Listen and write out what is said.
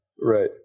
Right